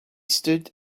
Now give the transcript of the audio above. stood